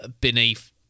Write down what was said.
beneath